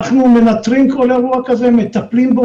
אנחנו מנטרים כל אירוע כזה ומטפלים בו,